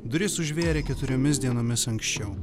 duris užvėrė keturiomis dienomis anksčiau